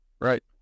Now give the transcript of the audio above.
Right